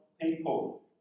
people